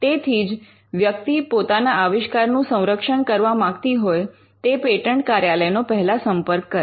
તેથી જે વ્યક્તિ પોતાના આવિષ્કારનું સંરક્ષણ કરવા માગતી હોય તે પેટન્ટ કાર્યાલયનો પહેલા સંપર્ક કરે